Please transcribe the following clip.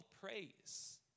praise